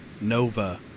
Nova